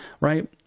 right